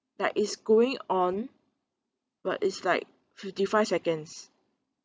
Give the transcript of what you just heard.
that it's going on but it's like fifty five seconds